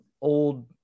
old